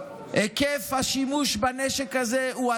היקף השימוש בנשק הזה הוא עצום,